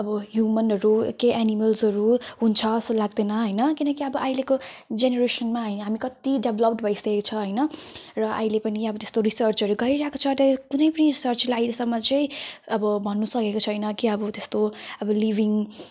अब ह्युमनहरू के एनिमल्सहरू हुन्छ जस्तो लाग्दैन होइन किनकि अब अहिलेको जेनेरेसनमा हामी कति डेभलोप्ड भइसकेको छ होइन र अहिले पनि त्यस्तो रिसर्चहरू गरिरहेको छ र कुनै पनि रिसर्चले अहिलेसम्म चाहिँ अब भन्न सकेको छैन कि अब त्यस्तो अब लिभिङ